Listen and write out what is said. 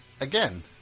again